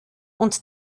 und